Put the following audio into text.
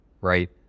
right